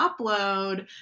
upload